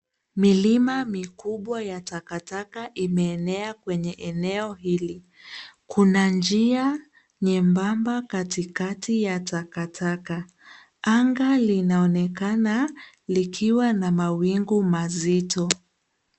Milima mikubwa ya takataka imeenea kwenye eneo hili. Kuna njia nyembamba katikati ya takataka. Anga linaonekana likiwa na mawingu mazito.